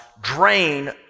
drain